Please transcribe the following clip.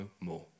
more